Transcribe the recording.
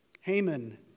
Haman